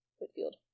Whitfield